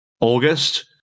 August